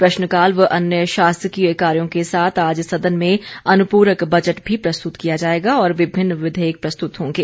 प्रश्नकाल व अन्य शासकीय कार्यों के साथ आज सदन में अनुपूरक बजट भी प्रस्तुत किया जाएगा और विभिन्न विधेयक प्रस्तुत होंगे